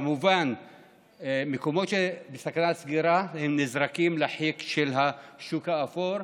כמובן שמקומות בסכנת סגירה נזרקים לחיק השוק האפור,